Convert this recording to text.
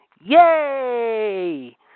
Yay